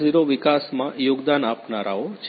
0 વિકાસમાં યોગદાન આપનારાઓ છે